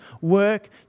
work